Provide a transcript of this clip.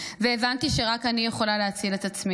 והבנתי שרק אני יכולה להציל את עצמי.